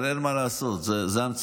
אבל אין מה לעשות, זו המציאות